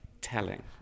telling